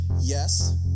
yes